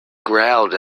growled